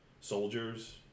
soldiers